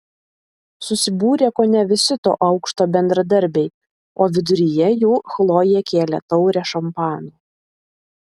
susibūrė kone visi to aukšto bendradarbiai o viduryje jų chlojė kėlė taurę šampano